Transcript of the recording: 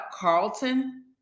Carlton